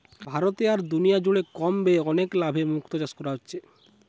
ভারতে আর দুনিয়া জুড়ে কম ব্যয়ে অনেক লাভে মুক্তো চাষ হচ্ছে